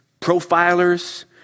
profilers